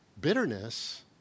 bitterness